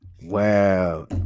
wow